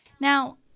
Now